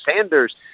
Sanders